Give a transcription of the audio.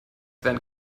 werden